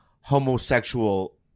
homosexual